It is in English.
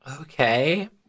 okay